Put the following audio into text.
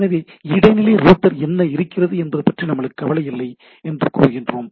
எனவே இடைநிலை ரூட்டர் என்ன இருக்கிறது என்பது பற்றி எனக்கு கவலையில்லை என்று நாம் கூறுகிறோம்